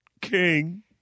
king